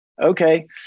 okay